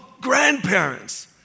grandparents